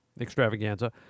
Extravaganza